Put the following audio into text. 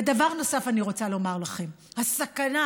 ודבר נוסף אני רוצה לומר לכם: הסכנה